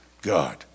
God